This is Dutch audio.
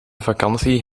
vakantie